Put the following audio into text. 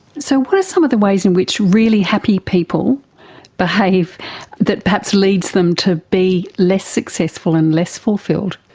so what are some of the ways in which really happy people behave that perhaps leads them to be less successful and less fulfilled?